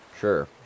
Sure